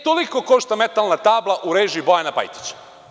Toliko košta metalna tabla u režiji Bojana Pajtića.